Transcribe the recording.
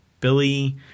Billy